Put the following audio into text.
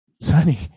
Sonny